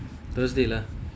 thursday lah